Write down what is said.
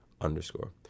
underscore